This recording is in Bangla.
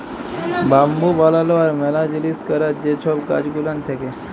বাম্বু বালালো আর ম্যালা জিলিস ক্যরার যে ছব কাজ গুলান থ্যাকে